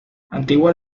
antiguas